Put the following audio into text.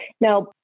Now